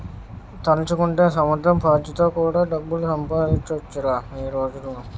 తలుచుకుంటే సముద్రం పాచితో కూడా డబ్బులు సంపాదించొచ్చురా ఈ రోజుల్లో